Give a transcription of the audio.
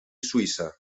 suïssa